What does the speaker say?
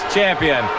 Champion